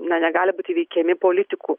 na negali būti veikiami politikų